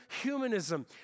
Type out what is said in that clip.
humanism